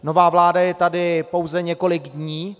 Nová vláda je tady pouze několik dní.